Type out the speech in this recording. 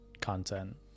content